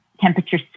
temperature